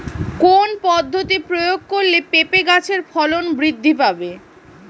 কোন পদ্ধতি প্রয়োগ করলে পেঁপে গাছের ফলন বৃদ্ধি পাবে?